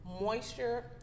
moisture